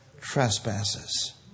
trespasses